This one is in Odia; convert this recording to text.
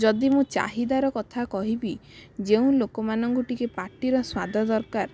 ଯଦି ମୁଁ ଚାହିଦାର କଥା କହିବି ଯେଉଁ ଲୋକମାନଙ୍କୁ ଟିକେ ପାଟିର ସ୍ୱାଦ ଦରକାର